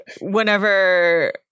whenever